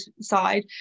side